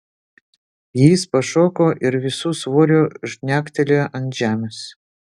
jis pašoko ir visu svoriu žnektelėjo ant žemės